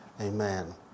Amen